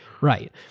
Right